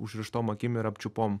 užrištom akim ir apčiupom